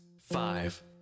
five